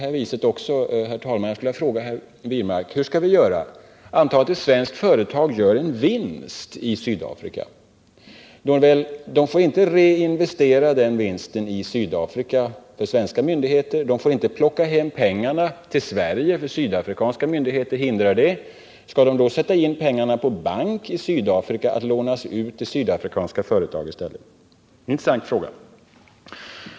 Jag vill fråga herr Wirmark hur vi skall göra i följande fall: Antag att ett svenskt företag gör en vinst på sin verksamhet i Sydafrika. Företaget får inte reinvestera den vinsten i Sydafrika för svenska myndigheter. De sydafrikanska myndigheterna förhindrar att företaget tar hem vinsten till Sverige. Skall då företaget sätta in pengarna på bank i Sydafrika att lånas ut till sydafrikanska företag? Det är en intressant fråga.